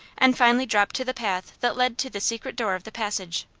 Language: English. and finally dropped to the path that led to the secret door of the passage.